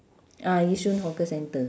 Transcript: ah yishun hawker centre